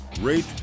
rate